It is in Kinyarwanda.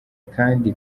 kandi